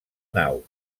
nau